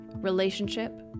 relationship